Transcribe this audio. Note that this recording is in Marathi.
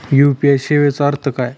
यू.पी.आय सेवेचा अर्थ काय?